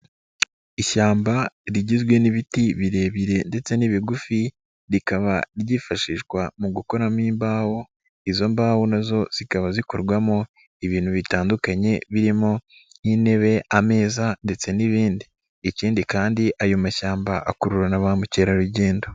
Ishyamba rigizwe n'ibiti birebire ndetse n'ibigufi rikaba ryifashishwa mu gukoramo imbaho, izo mbaho na zo zikaba zikorwamo ibintu bitandukanye birimo nk'intebe, ameza ndetse n'ibindi. Ikindi kandi ayo mashyamba akurura na ba mukerarugendo.